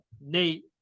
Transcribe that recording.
Nate